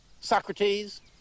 Socrates